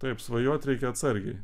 taip svajoti reikia atsargiai